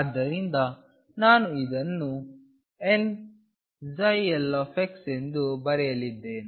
ಆದ್ದರಿಂದ ನಾನು ಇದನ್ನು n l ಎಂದು ಬರೆಯಲಿದ್ದೇನೆ